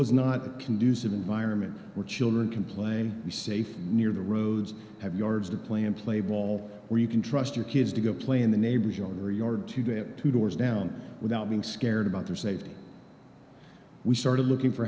was not a conducive environment where children can play safe near the roads have yards to play and play ball where you can trust your kids to go play in the neighbors your yard to get two doors down without being scared about her safety we started looking for